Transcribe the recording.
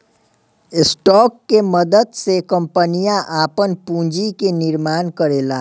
stock के मदद से कंपनियां आपन पूंजी के निर्माण करेला